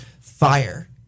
fire